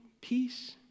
peace